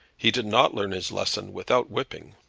he did not learn his lesson without whipping.